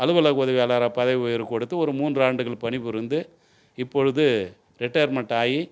அலுவலக உதவியாளராக பதவி உயர்வு கொடுத்து ஒரு மூன்றாண்டுகள் பணிப்புரிந்து இப்பொழுது ரிட்டையர்மெண்ட் ஆகி